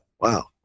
wow